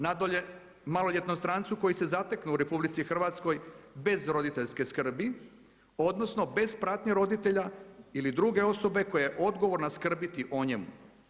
Nadalje, maloljetnom strancu koji se zatekne u RH bez roditeljske skrbi, odnosno bez pratnje roditelja ili druge osobe koja je odgovorna skrbiti o njemu.